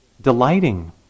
delighting